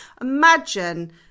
Imagine